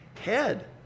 head